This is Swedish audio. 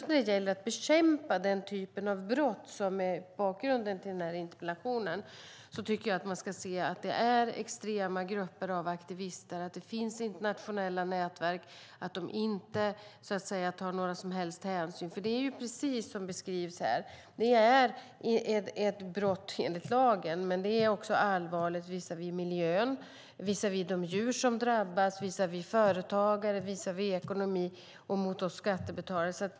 När det gäller att bekämpa den typ av brott som är bakgrunden till interpellationen ska man se att det är extrema grupper av aktivister, att det finns internationella nätverk och att de inte tar några som helst hänsyn. Det är, precis som det beskrivs i interpellationen, ett brott mot lagen men också allvarligt visavi miljön, de djur som drabbas, företagen, ekonomin och skattebetalarna.